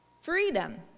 freedom